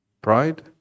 pride